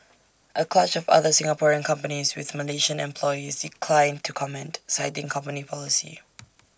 A clutch of other Singaporean companies with Malaysian employees declined to comment citing company policy